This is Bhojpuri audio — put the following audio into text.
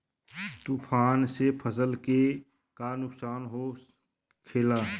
तूफान से फसल के का नुकसान हो खेला?